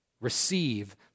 Receive